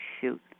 shoot